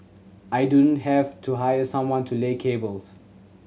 I don't have to hire someone to lay cables